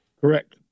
Correct